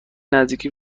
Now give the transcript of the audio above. نزدیکی